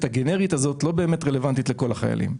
הגנרית הזאת לא באמת רלוונטית לכל החיים.